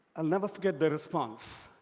i'll never forget their response.